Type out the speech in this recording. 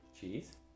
Cheese